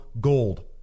gold